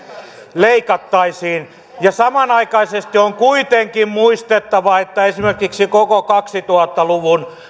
leikattaisiin samanaikaisesti on kuitenkin muistettava että esimerkiksi koko kaksituhatta luvun